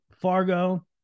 Fargo